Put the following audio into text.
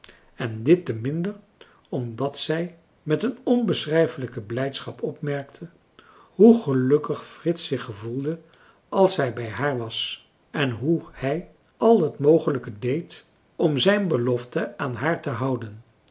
en dit te minder omdat zij met een onbeschrijflijke blijdschap opmerkte hoe gelukkig frits zich gevoelde als hij bij haar was en hoe hij al het mogelijke deed om zijn belofte aan haar te houden